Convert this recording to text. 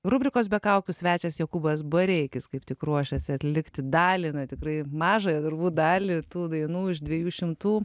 rubrikos be kaukių svečias jokūbas bareikis kaip tik ruošėsi atlikti dalį tikrai mažąją darbų dalį tų dainų iš dviejų šimtų